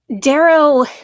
Darrow